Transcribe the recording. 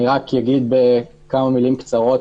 אני אתן רקע בכמה מילים קצרות,